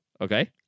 Okay